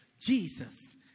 Jesus